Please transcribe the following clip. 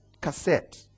cassette